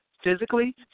Physically